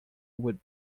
would